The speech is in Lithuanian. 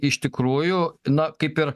iš tikrųjų na kaip ir